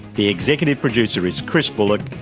the executive producer is chris bullock,